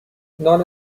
نان